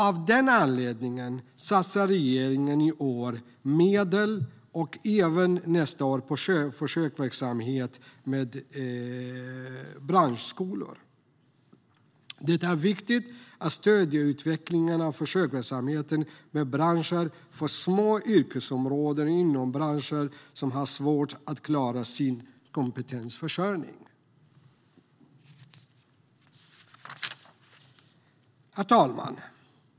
Av den anledningen satsar regeringen i år och även nästa år medel på en försöksverksamhet med branschskolor. Det är viktigt att stödja utvecklingen av en försöksverksamhet med branschskolor för små yrkesområden inom branscher som har svårt att klara sin kompetensförsörjning. Herr talman!